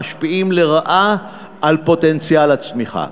המשפיעים לרעה על פוטנציאל הצמיחה.